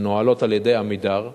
מנוהלות על-ידי "עמידר",